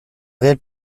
réelle